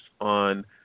on